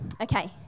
Okay